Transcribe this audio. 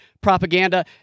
propaganda